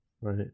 Right